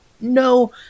No